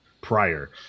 prior